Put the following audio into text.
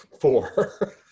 four